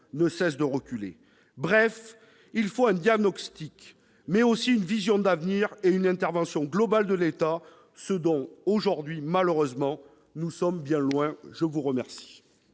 ne cesse de reculer. Bref, il faut un diagnostic, mais aussi une vision d'avenir et une intervention globale de l'État ; aujourd'hui, malheureusement, nous en sommes bien loin ! La parole